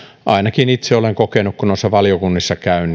ainakin itse olen kokenut kun noissa valiokunnissa käyn